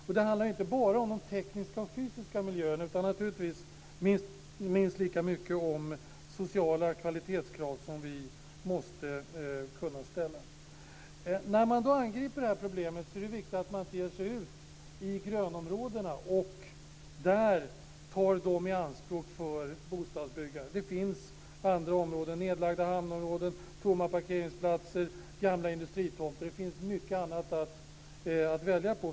Men det handlar inte bara om tekniska och fysiska miljöer, utan det handlar minst lika mycket om sociala kvalitetskrav som man måste kunna ställa. När man angriper detta problem är det viktigt att man inte tar grönområden i anspråk för bostadsbyggande. Det finns andra områden: nedlagda hamnområden, tomma parkeringsplatser, gamla industritomter och mycket annat att välja på.